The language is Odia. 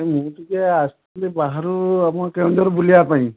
ଏ ମୁଁ ଟିକେ ଆସିଥିଲି ବାହାରୁ ଆମ କେଉଁଝର ବୁଲିବା ପାଇଁ